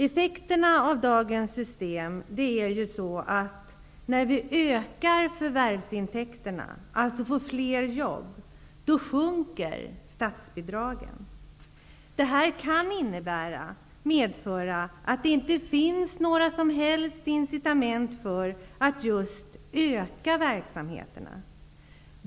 Effekterna av dagens system är att när vi ökar förvärvsintäkterna, alltså får fler jobb, sjunker statsbidragen. Det här kan medföra att det inte finns några som helst incitament för att just öka verksamheterna.